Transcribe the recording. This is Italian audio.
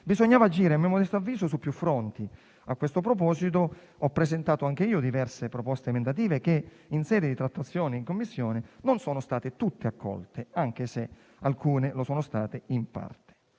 Bisognava agire, a mio modesto avviso, su più fronti. A questo proposito ho presentato anche io diverse proposte emendative che, in sede di trattazione in Commissione, non sono state tutte accolte, anche se alcune lo sono state in parte.